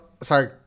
sorry